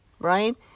right